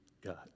God